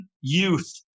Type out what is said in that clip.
youth